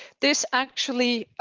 this actually